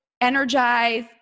energize